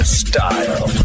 style